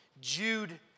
Jude